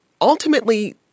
Ultimately